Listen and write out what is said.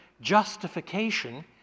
justification